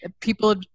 people